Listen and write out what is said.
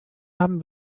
haben